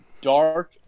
dark